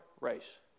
race